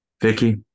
Vicky